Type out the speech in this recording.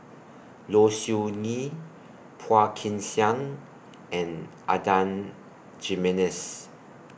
Low Siew Nghee Phua Kin Siang and Adan Jimenez